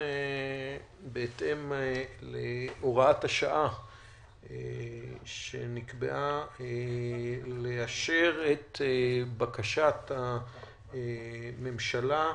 בהתאם להוראת השעה שנקבעה לאשר את בקשת הממשלה,